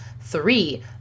Three